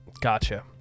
Gotcha